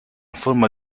forma